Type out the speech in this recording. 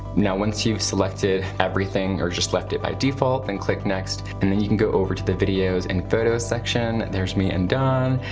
now once you've selected everything or just left it by default, then click next. and then you can go over to the videos and photos section. there's me and dawn.